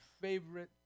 favorite